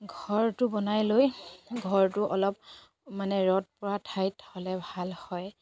ঘৰটো বনাই লৈ ঘৰটো অলপ মানে ৰ'দ পৰা ঠাইত হ'লে ভাল হয়